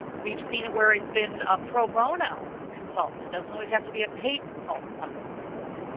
we've seen it where it's been a pro bono consultant. it doesn't always have to be a paid consultant coming in to work.